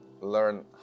learn